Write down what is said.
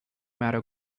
mato